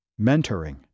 mentoring